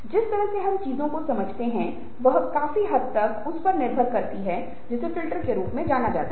जिस तरह से हम चीजों को समझते हैं वह काफी हद तक उस पर निर्भर करता है जिसे फिल्टर के रूप में जाना जाता है